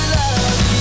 love